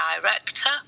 director